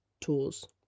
tools